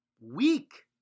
weak